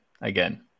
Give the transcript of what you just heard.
again